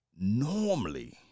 Normally